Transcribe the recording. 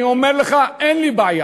אני אומר לך, אין לי בעיה.